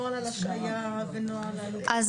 יש נוהל על השעיה ונוהל על --- אנחנו